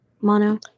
mono